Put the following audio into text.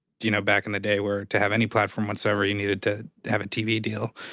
you know, back in the day where, to have any platform whatsoever, you needed to have a tv deal.